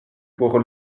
pour